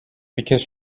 because